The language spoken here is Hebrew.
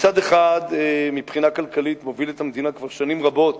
שמצד אחד מבחינה כלכלית מוביל את המדינה כבר שנים רבות